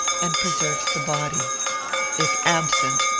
and preserves the body if absent,